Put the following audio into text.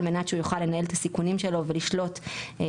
על מנת שהוא יוכל לנהל את הסיכונים שלו ולשלוט בעצם,